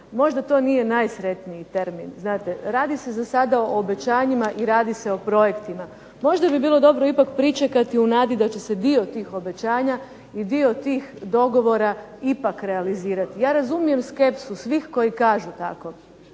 Možda to nije najsretniji termin, znate. Radi se za sada o obećanjima i radi se o projektima. Možda bi bilo dobro ipak pričekati u nadi da će se dio tih obećanja i dio tih dogovora ipak realizirati. Ja razumijem skepsu svih koji kažu tako